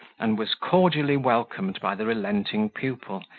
and was cordially welcomed by the relenting pupil,